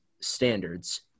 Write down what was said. standards